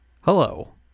Hello